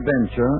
adventure